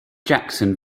jackson